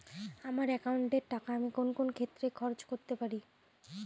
আমার একাউন্ট এর টাকা আমি কোন কোন ক্ষেত্রে খরচ করতে পারি?